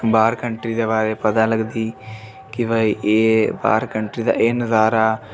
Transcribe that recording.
बाह्र कंट्री दे बारे च पता लगदी कि भई एह् बाह्र कंट्री दा एह् नजारा